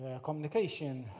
ah communication